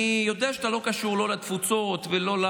אני יודע שאתה לא קשור לא לתפוצות ולא,